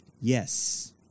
Yes